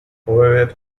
however